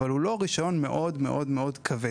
אבל הוא לא רישיון מאוד כבד.